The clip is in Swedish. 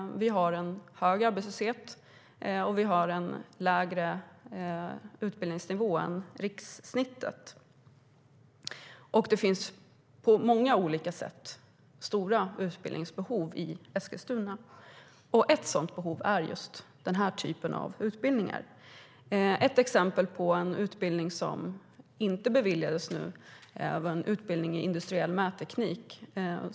Det råder en hög arbetslöshet, och utbildningsnivån är lägre än rikssnittet. Det finns på många olika sätt stora utbildningsbehov i Eskilstuna. Ett sådant behov är just den här typen av utbildningar. Ett exempel på en utbildning som inte beviljades är en utbildning i industriell mätteknik.